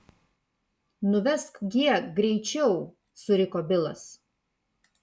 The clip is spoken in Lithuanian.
nuvesk g greičiau suriko bilas